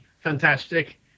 fantastic